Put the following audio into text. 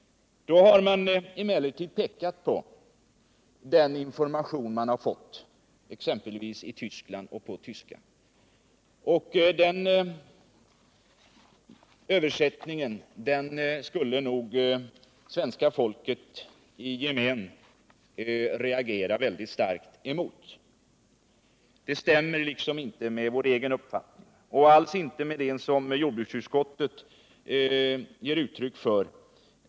De har då pekat på den information de har fått, exempelvis i Västtyskland och på tyska. Den informationen skulle nog svenska folket i gemen reagera mycket starkt emot; den stämmer liksom inte med vår egen uppfattning, och Nr 48 alls inte med vad jordbruksutskottet i betänkandet ger uttryck för.